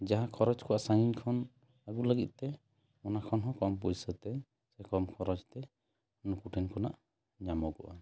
ᱡᱟᱦᱟᱸ ᱠᱷᱚᱨᱚᱡᱽ ᱠᱚᱜᱼᱟ ᱥᱟᱺᱜᱤᱧ ᱠᱷᱚᱱ ᱟᱹᱜᱩ ᱞᱟᱹᱜᱤᱫ ᱛᱮ ᱚᱱᱟ ᱠᱷᱚᱱ ᱦᱚᱸ ᱠᱚᱢ ᱯᱩᱭᱥᱟᱹ ᱛᱮ ᱥᱮ ᱠᱚᱢ ᱠᱷᱚᱨᱚᱪ ᱛᱮ ᱱᱩᱠᱩ ᱴᱷᱮᱱ ᱠᱷᱚᱱᱟᱜ ᱧᱟᱢᱚᱜᱚᱜᱼᱟ